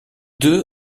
deux